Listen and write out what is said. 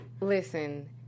Listen